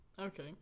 okay